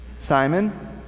Simon